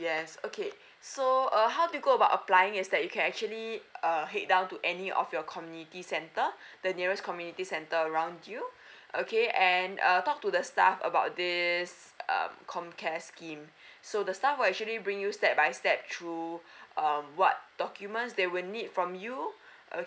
yes okay so uh how to go about applying is that you can actually err head down to any of your community centre the nearest community centre around you okay and err talk to the staff about this um com care scheme so the staff will actually bring you step by step through um what documents they will need from you uh